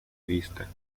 vista